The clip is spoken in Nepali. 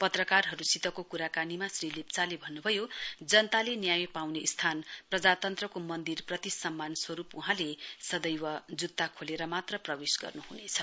पत्रकारहरूसित कुराकानीमा श्री लेप्चाले भन्नु भयो जनताले न्याय पाउने स्थान प्रजातन्त्रको मन्दिरप्रति सम्मान स्वरूप वहाँले जुत्ता खोलेर मात्र सदनमा प्रवेश गर्नु हुनेछ